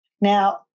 Now